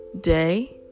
day